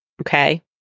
Okay